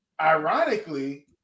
Ironically